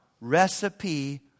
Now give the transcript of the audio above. Recipe